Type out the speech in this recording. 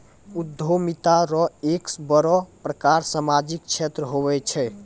उद्यमिता रो एक बड़ो प्रकार सामाजिक क्षेत्र हुये छै